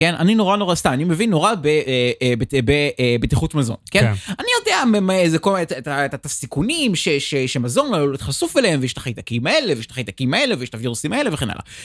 כן, אני נורא נורא, סתם, אני מבין נורא בבטיחות מזון, כן? אני יודע את הסיכונים שמזון חשוף אליהם, ויש את החיידקים האלה, ויש את החיידקים האלה, ויש את הווירוסים האלה וכן הלאה.